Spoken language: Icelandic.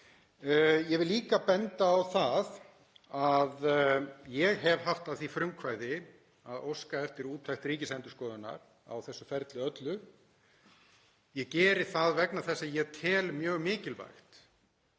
Ég vil líka benda á það að ég hef haft að því frumkvæði að óska eftir úttekt Ríkisendurskoðunar á þessu ferli öllu. Ég geri það vegna þess að ég tel mjög mikilvægt